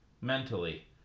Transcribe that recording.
mentally